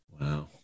Wow